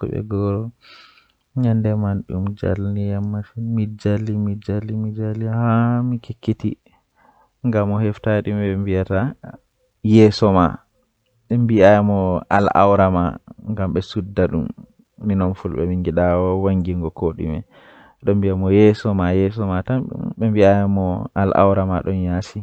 wodugo hunndeeji duddum be makko.